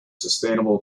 sustainable